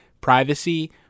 privacy